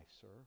sir